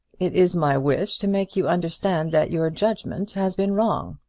it is my wish to make you understand that your judgment has been wrong.